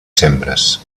sembres